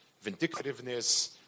vindictiveness